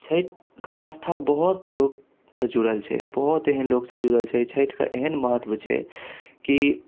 छठिके आस्था बहुत लोकसँ जुड़ल छै बहुत एहन लोकसँ जुड़ल छै छठिके एहन महत्व छै कि